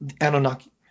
Anunnaki